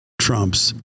trumps